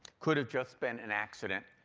could've just been an accident.